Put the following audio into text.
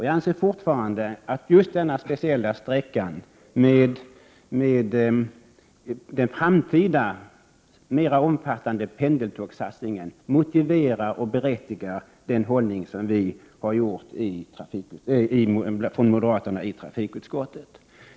Jag anser fortfarande att just denna speciella sträcka, med den framtida mer omfattande pendeltågsatsningen, motiverar och berättigar den hållning vi moderater haft i trafikutskottet.